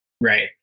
Right